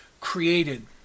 created